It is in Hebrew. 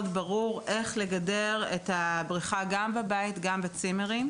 איך לגדר את הבריכה גם בבית וגם בצימרים,